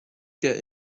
get